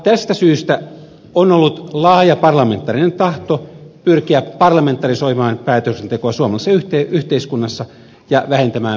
tästä syystä on ollut laaja parlamentaarinen tahto pyrkiä parlamentarisoimaan päätöksentekoa suomalaisessa yhteiskunnassa ja vähentämään presidentin valtaoikeuksia